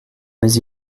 mais